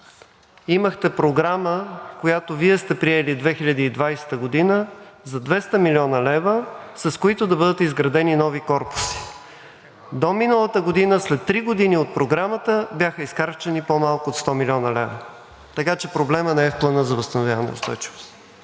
имахте програма, която Вие сте приели през 2020 г., за 200 млн. лв., с които да бъдат изградени нови корпуси. До миналата година, след три години, от програмата бяха изхарчени по-малко от 100 млн. лв. Така че проблемът не е в Плана за възстановяване и устойчивост.